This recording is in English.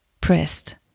pressed